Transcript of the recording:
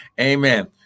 Amen